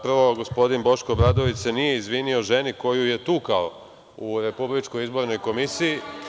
Prvo, gospodin Boško Obradović se nije izvinio ženi koju je tukao u Republičkoj izbornoj komisiji.